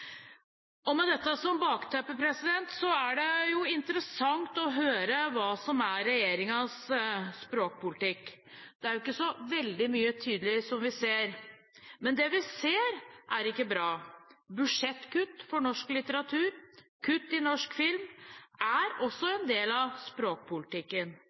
fortsette. Med dette som bakteppe er det interessant å høre hva som er regjeringens språkpolitikk. Det er jo ikke så veldig mye som er tydelig, som vi ser. Men det vi ser, er ikke bra. Budsjettkutt for norsk litteratur og kutt i norsk film er også en del av språkpolitikken.